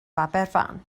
aberfan